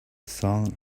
silent